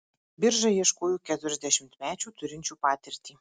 birža ieškojo keturiasdešimtmečių turinčių patirtį